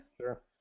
Sure